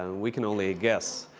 and we can only guess.